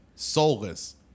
Soulless